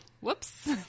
whoops